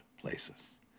places